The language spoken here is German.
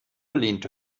lehnte